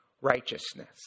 righteousness